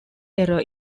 error